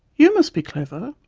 you must be clever'.